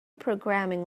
programming